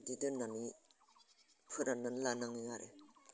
बिदि दोननानै फोराननानै लानाङो आरो